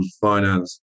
finance